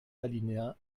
alinéa